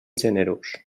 generós